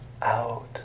out